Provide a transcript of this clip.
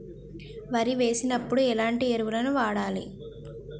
వరి వేసినప్పుడు ఎలాంటి ఎరువులను వాడాలి?